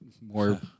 more